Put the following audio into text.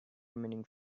remaining